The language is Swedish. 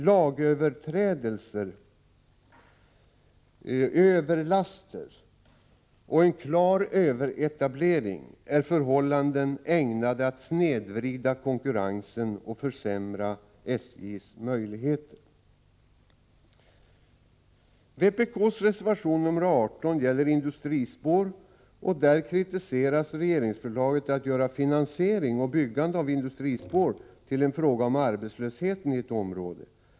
Lagöverträdelser, överlaster och en klar överetablering är förhållanden ägnade att snedvrida konkurrensen och försämra SJ:s möjligheter. Vpk:s reservation nr 18 gäller industrispår. Där kritiseras regeringsförslaget att koppla finansiering och byggande av industrispår till arbetslösheten i ett område.